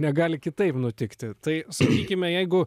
negali kitaip nutikti tai sakykime jeigu